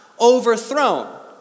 overthrown